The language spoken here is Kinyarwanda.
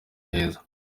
heza